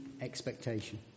expectation